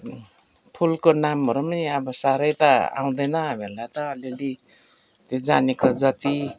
फुलको नामहरू नि अब साह्रै त आउँदैन हामीहरूलाई त अलिअलि जानेको जति